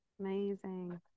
Amazing